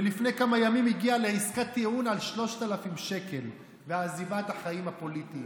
ולפני כמה ימים הגיע לעסקת טיעון על 3,000 שקל ועזיבת החיים הפוליטיים,